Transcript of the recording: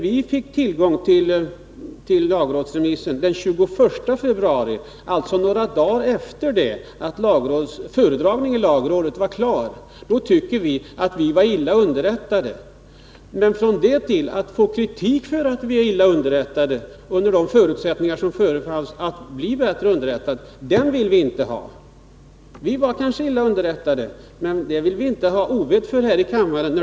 Vi fick tillgång till lagrådsremissen den 21 februari, alltså några dagar efter det att föredragningen var klar, och vi tycker därför att vi var illa underrättade! Men eftersom det fanns förutsättningar för att vi skulle bli bättre underrättade än vi blev vill vi inte ta emot kritik för att vi var illa underrättade! Vi var kanske dåligt underrättade, men vi vill inte ha ovett för det här i kammaren.